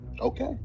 okay